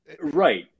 Right